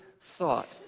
thought